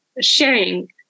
sharing